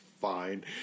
fine